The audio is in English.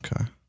Okay